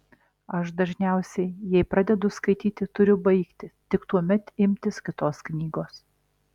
aš dažniausiai jei pradedu skaityti turiu baigti tik tuomet imtis kitos knygos